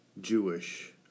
Jewish